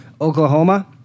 Oklahoma